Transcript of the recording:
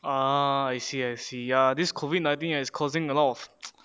ah I see I see ya this COVID nineteen is causing a lot of